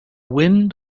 wind